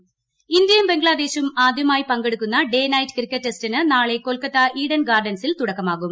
cricket ഇന്ത്യയും ബംഗ്ലാദേശും ആദ്യമായി പങ്കെടുക്കുന്ന ഡേ നൈറ്റ് ക്രിക്കറ്റ് ടെസ്റ്റിന് നാളെ കൊൽക്കത്ത ഈഡൻ ഗാർഡൻസിൽ തുടക്കമാകും